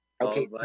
Okay